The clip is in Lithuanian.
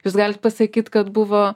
jūs galit pasakyt kad buvo